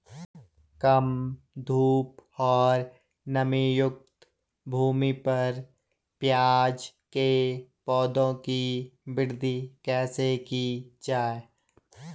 कम धूप और नमीयुक्त भूमि पर प्याज़ के पौधों की वृद्धि कैसे की जाए?